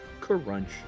crunch